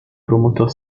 promotor